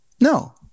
No